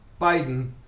Biden